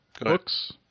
Books